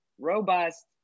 robust